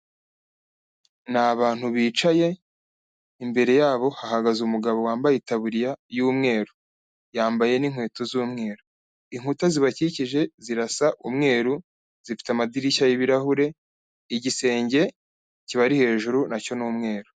Ni abantu bicaye, imbere yabo hahagaze umugabo wambaye itaburiya y'umweru. Yambaye n'inkweto z'umweru. Inkuta zibakikije zirasa umweru, zifite amadirishya yibirahure, igisenge kibari hejuru nacyo ni umweru.